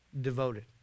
devoted